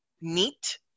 neat